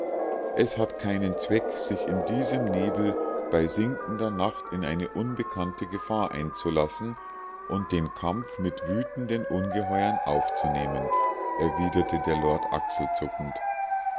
es hat keinen zweck sich in diesem nebel bei sinkender nacht in eine unbekannte gefahr einzulassen und den kampf mit wütenden ungeheuern aufzunehmen erwiderte der lord achselzuckend